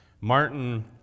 Martin